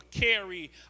carry